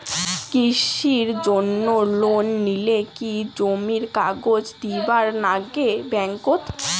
কৃষির জন্যে লোন নিলে কি জমির কাগজ দিবার নাগে ব্যাংক ওত?